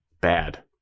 Bad